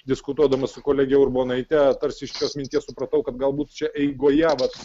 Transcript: diskutuodamas su kolege urbonaite tarsi iš jos minties supratau kad galbūt čia eigoje vat